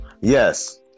yes